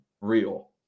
real